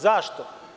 Zašto?